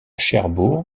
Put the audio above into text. cherbourg